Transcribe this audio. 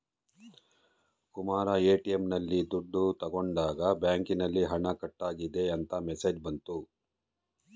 Kumara ATM ನಲ್ಲಿ ದುಡ್ಡು ತಗೊಂಡಾಗ ಬ್ಯಾಂಕಿನಲ್ಲಿ ಹಣ ಕಟ್ಟಾಗಿದೆ ಅಂತ ಮೆಸೇಜ್ ಬಂತು